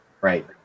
Right